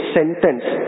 Sentence